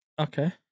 okay